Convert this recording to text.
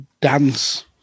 dance